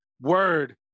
word